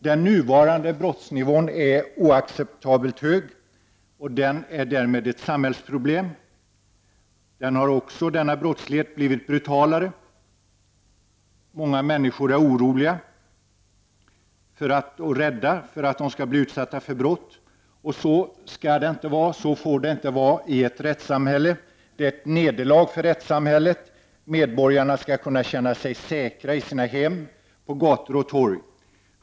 Den nuvarande brottsnivån är oacceptabelt hög, och den är därmed ett samhällsproblem. Brottsligheten har blivit brutalare. Många människor är oroliga och rädda för att de skall bli utsatta för brott. Så skall det inte vara och så får det inte vara i ett rättssamhälle. Det är ett nederlag för rättssamhället. Medborgarna skall kunna känna sig säkra i sina hem, på gator och torg.